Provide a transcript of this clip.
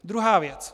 Druhá věc.